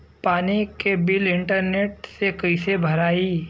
पानी के bill internet से कइसे भराई?